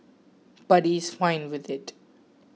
but he's fine with it